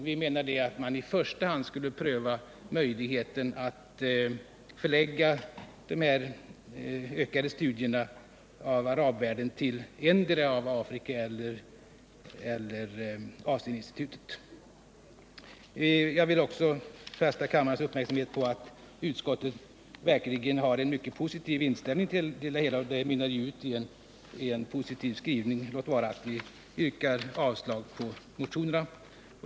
Vi menar att man i första hand skulle pröva möjligheten att förlägga de utökade studierna av arabvärlden till ettdera av Afrikainstitutet eller Asieninstitutet. Jag vill också fästa kammarens uppmärksamhet på att utskottet verkligen har en mycket positiv inställning till motionskraven och att betänkandet mynnar ut i en positiv skrivning — låt vara att vi yrkar avslag på motionerna.